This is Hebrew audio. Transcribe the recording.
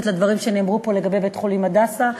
לדברים שנאמרו פה לגבי בית-חולים "הדסה".